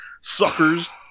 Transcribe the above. suckers